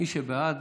מי שבעד,